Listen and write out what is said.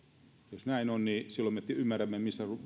jos näin on niin silloin me ymmärrämme